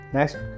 Next